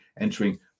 entering